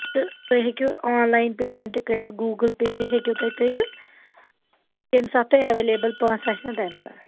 تہٕ تُہۍ ہیٚکیوٗ آن لاین پیمینٹ تہِ کٔرِتھ گوٗگل پے تہِ ہیٚکِو تُہۍ کٔرِتھ ییٚمہِ سات تۄہہِ اویلیبل پونٛسہٕ آسن تَمہِ ساتہٕ